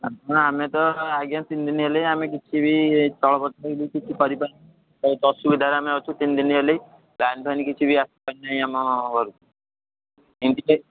ହଁ ଆମେ ତ ଆଜ୍ଞା ତିନିଦିନ ହେଲାଇଁ ଆମେ କିଛି ବି ଚଳପ୍ରଚଳ ବି କିଛି କରିପାରୁନୁ ବହୁତ ଅସୁବିଧାରେ ଆମେ ଅଛୁ ତିନିଦିନ ହେଲାଇଁ ଲାଇନ୍ ଫାଇନ୍ କିଛି ବି ଆସିବାର ନାହିଁ ଆମ ଘରକୁ ଏମିତି